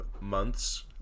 months